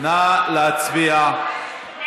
נא להצביע.